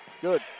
good